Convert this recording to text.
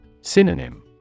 Synonym